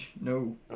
no